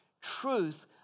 truth